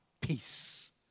peace